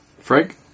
Frank